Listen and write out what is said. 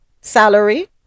salary